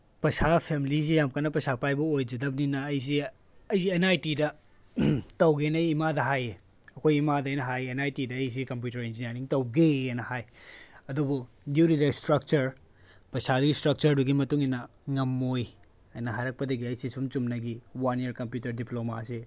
ꯄꯩꯁꯥ ꯐꯦꯃꯤꯂꯤꯁꯦ ꯌꯥꯝ ꯀꯟꯅ ꯄꯩꯁꯥ ꯄꯥꯏꯕ ꯑꯣꯏꯖꯗꯕꯅꯤꯅ ꯑꯩꯁꯤ ꯑꯩꯁꯤ ꯑꯦꯟ ꯑꯥꯏ ꯇꯤꯗ ꯇꯧꯒꯦꯅ ꯑꯩ ꯏꯃꯥꯗ ꯍꯥꯏꯌꯦ ꯑꯩꯈꯣꯏ ꯏꯃꯥꯗ ꯑꯩꯅ ꯍꯥꯏꯌꯦ ꯑꯦꯟ ꯑꯥꯏ ꯇꯤꯗ ꯑꯩꯁꯦ ꯀꯝꯄ꯭ꯌꯨꯇꯔ ꯏꯟꯖꯤꯅꯤꯌꯔꯔꯤꯡ ꯇꯧꯒꯦꯑꯅ ꯍꯥꯏ ꯑꯗꯨꯕꯨ ꯗ꯭ꯌꯨ ꯇꯨ ꯗ ꯏꯁꯇ꯭ꯔꯛꯆꯔ ꯄꯩꯁꯥꯗꯨꯒꯤ ꯏꯁꯇ꯭ꯔꯛꯆꯔꯗꯨꯒꯤ ꯃꯇꯨꯡ ꯏꯟꯅ ꯉꯝꯃꯣꯏ ꯍꯥꯏꯅ ꯍꯥꯏꯔꯛꯄꯗꯒꯤ ꯑꯩꯁꯦ ꯁꯨꯝ ꯆꯨꯝꯅꯒꯤ ꯋꯥꯟ ꯏꯌꯥꯔ ꯀꯝꯄ꯭ꯌꯨꯇꯔ ꯗꯤꯄ꯭ꯂꯣꯃꯥꯁꯦ